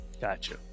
Gotcha